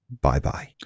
Bye-bye